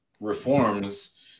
reforms